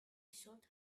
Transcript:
should